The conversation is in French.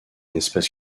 espace